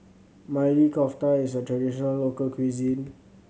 Maili Kofta is a traditional local cuisine